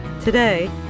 Today